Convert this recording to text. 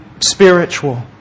spiritual